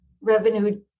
revenue